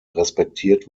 respektiert